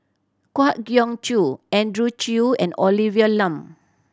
Kwa Geok Choo Andrew Chew and Olivia Lum